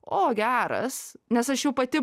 o geras nes aš jau pati